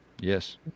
Yes